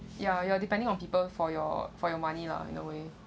ya ya depending on people for your for your money lah in a way